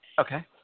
Okay